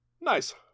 Nice